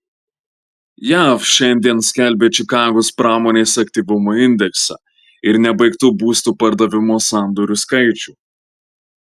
jav šiandien skelbia čikagos pramonės aktyvumo indeksą ir nebaigtų būsto pardavimo sandorių skaičių